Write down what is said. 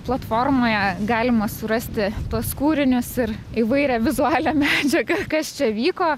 platformoje galima surasti tuos kūrinius ir įvairią vizualią medžiagą kas čia vyko